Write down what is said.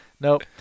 Nope